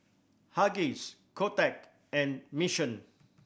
Huggies Kotex and Mission